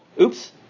oops